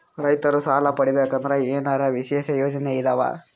ರೈತರು ಸಾಲ ಪಡಿಬೇಕಂದರ ಏನರ ವಿಶೇಷ ಯೋಜನೆ ಇದಾವ?